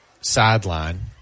sideline